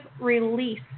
release